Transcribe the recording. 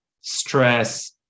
stress